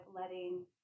letting